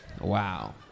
Wow